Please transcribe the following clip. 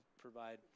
provide